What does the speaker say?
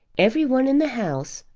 every one in the house,